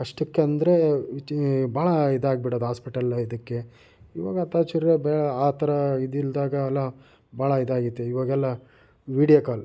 ಕಷ್ಟಕ್ಕೆಂದರೆ ಭಾಳ ಇದಾಗ್ಬಿಡೋದು ಹಾಸ್ಪಿಟಲ್ ಇದಕ್ಕೆ ಇವಾಗ ಆ ಥರ ಜೀವನ ಬೇಡ ಆ ಥರ ಇದಿಲ್ಲದಾಗ ಎಲ್ಲ ಭಾಳ ಇದಾಗೈತಿ ಇವಾಗೆಲ್ಲ ವಿಡಿಯೋ ಕಾಲ್